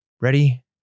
ready